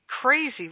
crazy